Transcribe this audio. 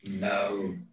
No